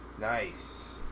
Nice